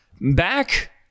back